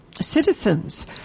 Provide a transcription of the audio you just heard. citizens